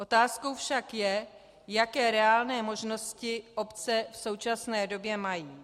Otázkou však je, jaké reálné možnosti obce v současné době mají.